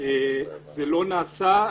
זה לא נעשה.